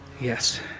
Yes